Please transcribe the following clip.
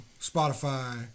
Spotify